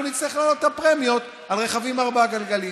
אנחנו נצטרך להעלות את הפרמיות על רכבים ארבע-גלגליים.